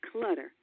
Clutter